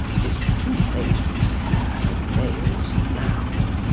tis too late to pare her nails now.